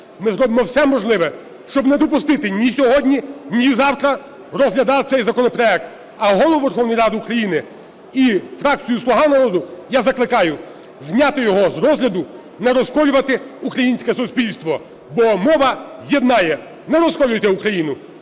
ми зробимо все можливе, щоб не допустити ні сьогодні, ні завтра розглядати цей законопроект. А Голову Верховної Ради України і фракцію "Слуга народу" я закликаю зняти його з розгляду, не розколювати українське суспільство, бо мова єднає. Не розколюйте Україну!